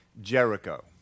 Jericho